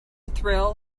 thrill